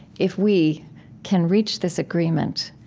if we can reach this agreement,